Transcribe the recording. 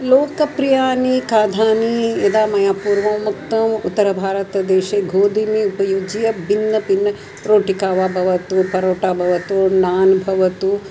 लोकप्रियानि खाद्यानि यदा मया पूर्वम् उक्तम् उत्तरभारतदेशे गोधूमः उपयुज्य भिन्नभिन्नरोटिका वा भवतु परोटा भवतु नान् भवतु